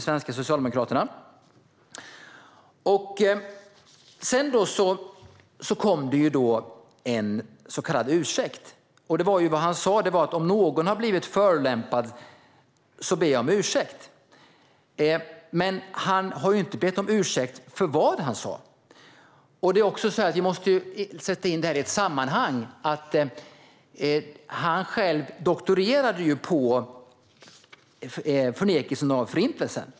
Sedan kom det en så kallad ursäkt. Det Abbas då sa var: Om någon har blivit förolämpad ber jag om ursäkt. Men han har ju inte bett om ursäkt för vad han sa. Vi måste också sätta in detta i ett sammanhang. Abbas doktorerade på förnekelse av Förintelsen.